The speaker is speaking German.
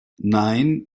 nein